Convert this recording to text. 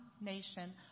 nation